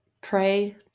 pray